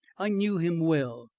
i knew him well,